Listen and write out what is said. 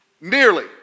nearly